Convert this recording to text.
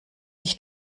sich